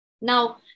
Now